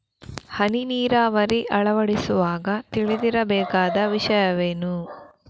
ಹನಿ ನೀರಾವರಿ ಅಳವಡಿಸುವಾಗ ತಿಳಿದಿರಬೇಕಾದ ವಿಷಯವೇನು?